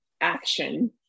action